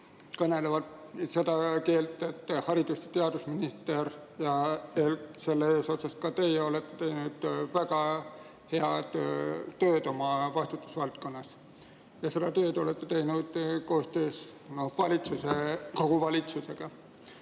kõnelevad seda keelt, et Haridus- ja Teadusministeerium ja selle eesotsas ka teie olete teinud väga head tööd oma vastutusvaldkonnas. Ja seda tööd olete teinud koostöös kogu valitsusega.